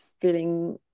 feeling